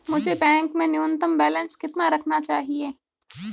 मुझे बैंक में न्यूनतम बैलेंस कितना रखना चाहिए?